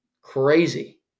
crazy